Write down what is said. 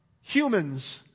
humans